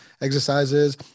exercises